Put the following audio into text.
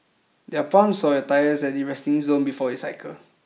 there are pumps for your tires at the resting zone before you cycle